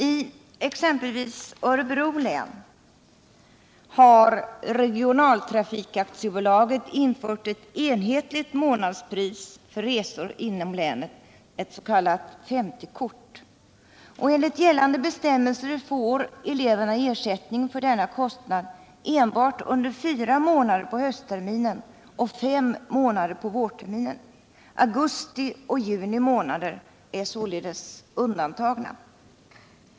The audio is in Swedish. I exempelvis Örebro län har Regionaltrafikaktiebolaget infört ett enhetligt månadspris för resor inom länet, ett s.k. 50-kort. Enligt gällande bestämmelser får eleverna ersättning för denna kostnad enbart under fyra månader på höstterminen och fem månader på vårterminen. Augusti och juni månader är således undantagna.